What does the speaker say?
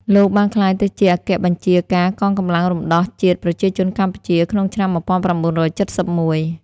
លោក បានក្លាយទៅជាអគ្គបញ្ជា ការកងកម្លាំងរំដោះជាតិប្រជាជនកម្ពុជា ក្នុងឆ្នាំ១៩៧១ ។